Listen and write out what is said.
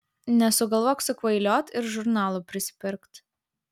nesugalvok sukvailiot ir žurnalų prisipirkt